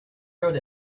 wrote